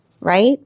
right